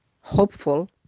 hopeful